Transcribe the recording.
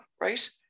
Right